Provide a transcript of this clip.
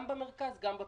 גם במרכז וגם בפריפריה,